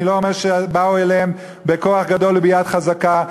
אני לא אומר שבאו אליהם בכוח גדול וביד חזקה.